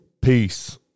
Peace